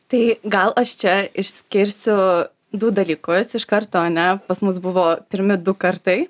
tai gal aš čia išskirsiu du dalykus iš karto ane pas mus buvo pirmi du kartai